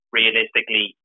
realistically